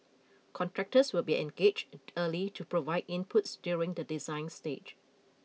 contractors will be engaged early to provide inputs during the design stage